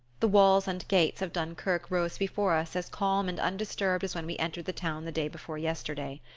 the walls and gates of dunkerque rose before us as calm and undisturbed as when we entered the town the day before yesterday.